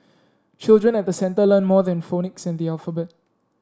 children at the centre learn more than phonics and the alphabet